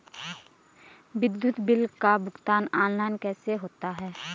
विद्युत बिल का भुगतान ऑनलाइन कैसे होता है?